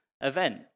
event